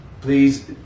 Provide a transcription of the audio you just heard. please